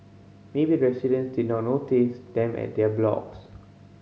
maybe the residents did not notice them at their blocks